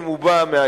אם הוא בא מהליכוד,